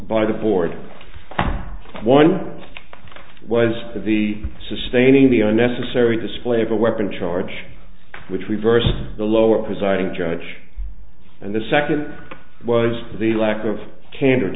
by the board one was the sustaining the unnecessary display of a weapon charge which reversed the lower presiding judge and the second was the lack of can